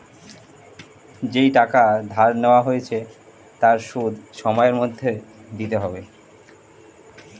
যেই টাকা ধার নেওয়া হয়েছে তার সুদ সময়ের মধ্যে দিতে হয়